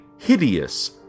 Hideous